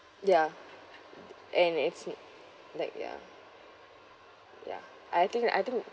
yeah and it's like yeah yeah I I think I think